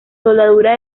soldadura